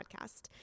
Podcast